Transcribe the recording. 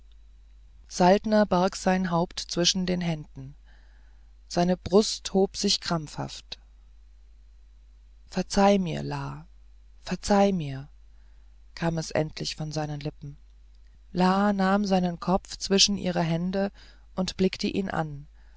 saltner barg sein haupt zwischen den händen seine brust hob sich krampfhaft verzeihe mir la verzeihe mir kam es endlich von seinen lippen la nahm seinen kopf zwischen ihre hände und blickte ihn an